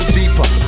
deeper